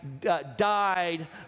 died